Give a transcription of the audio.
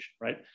right